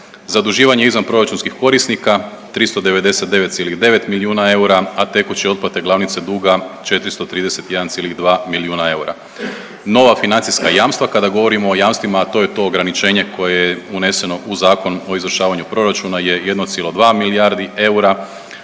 Zaduživanje izvanproračunskih korisnika 399,9 milijuna eura, a tekuće otplate glavnice duga 431,2 milijuna eura. Nova financijska jamstva, kada govorimo o jamstvima, a to to ograničenje koje je uneseno u Zakon o izvršavanju proračuna je 1,2 milijardi eura,